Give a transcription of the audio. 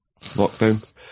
lockdown